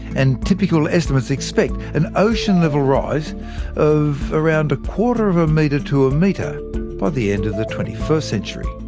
and typical estimates expect an ocean level rise of around a quarter of a metre to a metre by the end of the twenty first century.